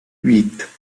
huit